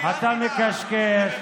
אל תדאג,